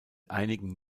einigen